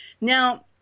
Now